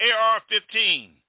AR-15